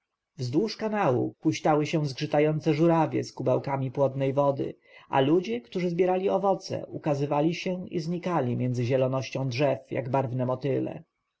wzdłuż kanału huśtały się zgrzytające żórawie z kubełkami płodnej wody a ludzie którzy zbierali owoce ukazywali się i znikali między zielonością drzew jak barwne motyle